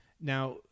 Now